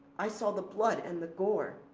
i saw the blood and the gore,